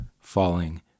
falling